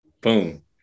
Boom